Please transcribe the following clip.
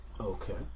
Okay